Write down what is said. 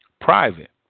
private